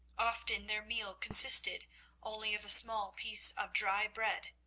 often their meal consisted only of a small piece of dry bread,